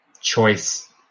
choice